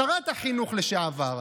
שרת החינוך לשעבר,